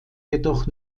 jedoch